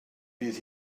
bydd